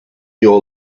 your